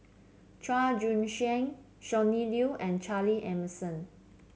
Chua Joon Siang Sonny Liew and Charle Emmerson